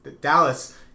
Dallas